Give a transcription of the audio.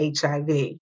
HIV